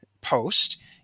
post